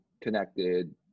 connected